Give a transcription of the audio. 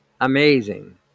amazing